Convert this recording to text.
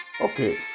Okay